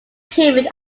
period